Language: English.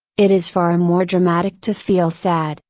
it is far and more dramatic to feel sad,